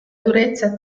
durezza